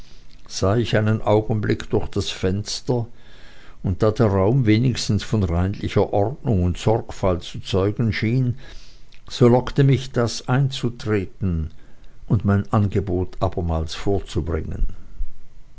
sah ich einen augenblick durch das fenster und da der raum wenigstens von reinlicher ordnung und sorgfalt zu zeugen schien so lockte mich das einzutreten und mein angebot aber mals vorzubringen